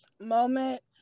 moment